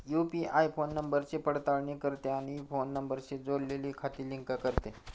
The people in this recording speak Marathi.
यू.पि.आय फोन नंबरची पडताळणी करते आणि फोन नंबरशी जोडलेली खाती लिंक करते